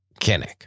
Kinnick